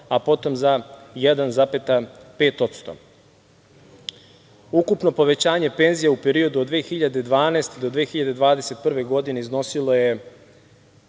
a potom za 1,5%. Ukupno povećanje penzija u periodu od 2012. do 2021. godine iznosilo je